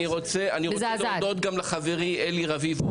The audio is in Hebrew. אני רוצה להודות גם לחברי אלי רביבו.